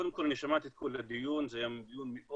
קודם כל אני שמעתי את כל הדיון, זה היה דיון מאוד